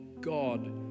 God